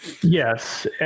Yes